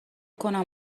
کنم